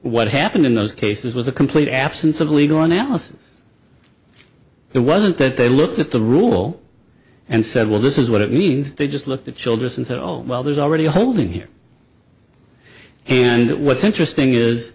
what happened in those cases was a complete absence of legal analysis it wasn't that they looked at the rule and said well this is what it means they just looked at childress and said oh well there's already a holding here and what's interesting is